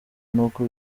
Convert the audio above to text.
n’uko